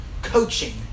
coaching